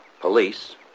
Police